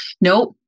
Nope